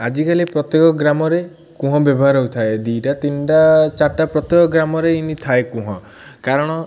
ଆଜିକାଲି ପ୍ରତ୍ୟେକ ଗ୍ରାମରେ କୂଅ ବ୍ୟବହାର ହୋଇଥାଏ ଦୁଇଟା ତିନିଟା ଚାରିଟା ପ୍ରତ୍ୟକ ଗ୍ରାମରେ ଇନି ଥାଏ କୂଅ କାରଣ